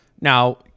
Now